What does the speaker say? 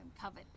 covered